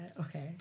okay